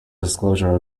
disclosure